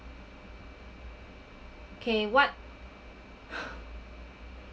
K what